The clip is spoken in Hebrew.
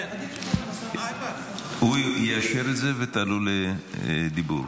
הוא יאשר את זה ותעלו לדיבור.